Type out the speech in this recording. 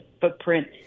footprint